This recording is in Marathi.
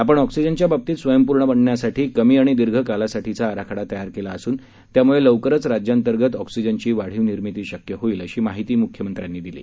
आपण ऑक्सिजनच्या बाबतीत स्वयंपूर्ण बनण्यासाठी कमी आणि दीर्घ कालासाठीचा आराखडा तयार केला असून त्यामुळे लवकरच राज्यांतर्गत ऑक्सिजनची वाढीव निर्मिती शक्य होईल अशी माहिती मुख्यमंत्र्यांनी दिली